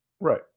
Right